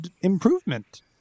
improvement